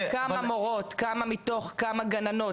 כמה מתוך כמה מורות,